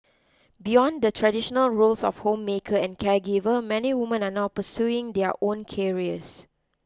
beyond the traditional roles of homemaker and caregiver many women are now pursuing their own careers